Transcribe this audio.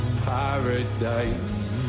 paradise